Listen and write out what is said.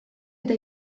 eta